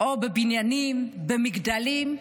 או על בניינים, מגדלים?